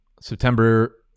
September